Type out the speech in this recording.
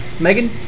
Megan